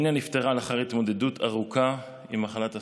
הניה נפטרה לאחר התמודדות ארוכה עם מחלת הסרטן.